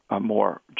more